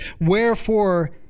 wherefore